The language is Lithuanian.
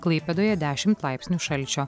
klaipėdoje dešimt laipsnių šalčio